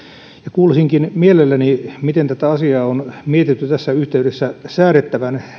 kuulisinkin mielelläni miten tätä asiaa on mietitty tässä yhteydessä säädettävän